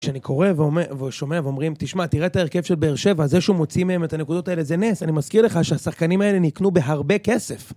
כשאני קורא ושומע ואומרים, תשמע, תראה את ההרכב של באר שבע, זה שהוא מוציא מהם את הנקודות האלה, זה נס. אני מזכיר לך שהשחקנים האלה נקנו בהרבה כסף.